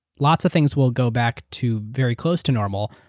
lots of things will go back to very close to normal,